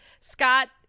Scott